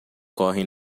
correm